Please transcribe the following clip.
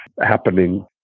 happening